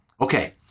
Okay